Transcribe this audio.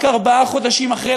רק ארבעה חודשים אחרי,